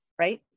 Right